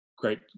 great